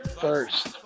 First